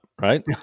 right